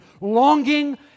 longing